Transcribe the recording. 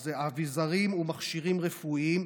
שזה אביזרים ומכשירים רפואיים,